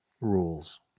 rules